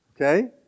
Okay